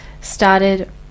started